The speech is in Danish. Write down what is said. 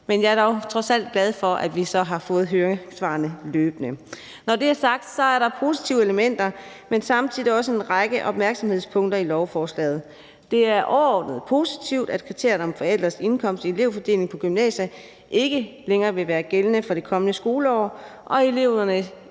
Men jeg er dog trods alt glad for, at vi så har fået høringssvarene løbende. Når det er sagt, er der positive elementer, men der er samtidig også en række opmærksomhedspunkter i lovforslaget. Det er overordnet positivt, at kriteriet om forældrenes indkomst i forhold til elevfordelingen på gymnasier ikke længere vil være gældende fra det kommende skoleår, og at eleverne